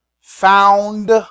found